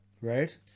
right